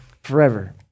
Forever